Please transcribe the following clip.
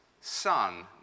son